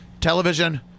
television